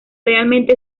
realmente